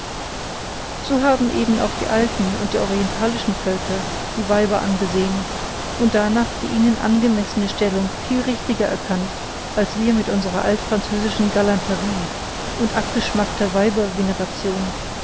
so haben eben auch die alten und die orientalischen völker die weiber angesehen und danach die ihnen angemessene stellung viel richtiger erkannt als wir mit unsrer altfranzösischen galanterie und abgeschmackter